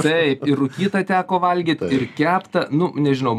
taip ir rūkytą teko valgyt ir keptą nu nežinau